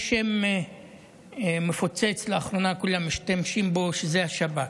יש שם מפוצץ לאחרונה, כולם משתמשים בו, שזה השב"כ.